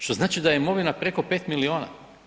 Što znači da je imovina preko 5 milijuna.